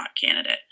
candidate